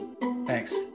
Thanks